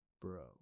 bro